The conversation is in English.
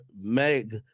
Meg